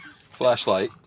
Flashlight